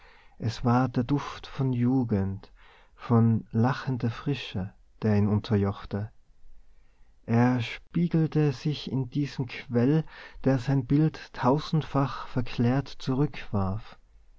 es war der duft von jugend von lachender frische der ihn unterjochte er spiegelte sich in diesem quell der sein bild tausendfach verklärt